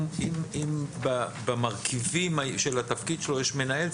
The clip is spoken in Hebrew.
אם במרכיבים של התפקיד שלו יש מנהל,